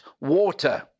water